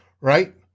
right